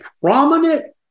prominent